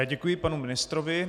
Děkuji panu ministrovi.